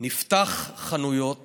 נפתח חנויות